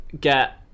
get